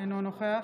אינו נוכח